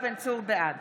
בעד